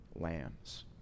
lambs